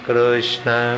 Krishna